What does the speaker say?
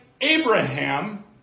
Abraham